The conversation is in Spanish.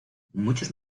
muchos